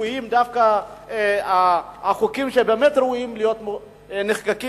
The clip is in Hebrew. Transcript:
תקועים דווקא החוקים שבאמת ראויים להיות נחקקים.